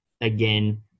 again